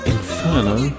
Inferno